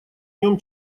нем